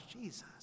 Jesus